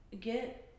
get